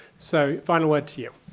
so, final word to you.